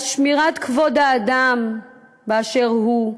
על שמירת כבוד האדם באשר הוא,